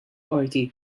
qorti